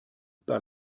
par